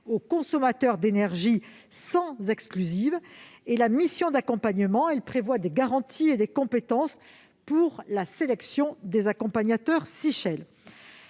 aux consommateurs d'énergie, sans exclusive. Enfin, la mission d'accompagnement prévoit des garanties et des compétences pour la sélection des accompagnateurs Sichel.